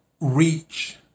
reach